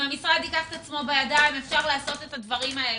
אם המשרד ייקח את עצמו בידיים אפשר לעשות את הדברים האלה.